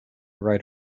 right